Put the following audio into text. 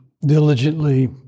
diligently